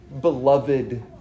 beloved